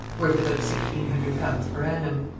worth about sixteen hundred pounds per annum.